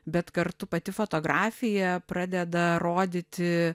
bet kartu pati fotografija pradeda rodyti